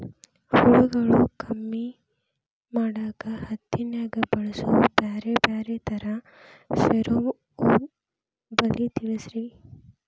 ಹುಳುಗಳು ಕಮ್ಮಿ ಮಾಡಾಕ ಹತ್ತಿನ್ಯಾಗ ಬಳಸು ಬ್ಯಾರೆ ಬ್ಯಾರೆ ತರಾ ಫೆರೋಮೋನ್ ಬಲಿ ತಿಳಸ್ರಿ